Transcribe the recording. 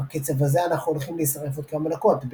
בקצב הזה אנחנו הולכים להישרף עוד כמה דקות",